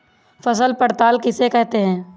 फसल पड़ताल किसे कहते हैं?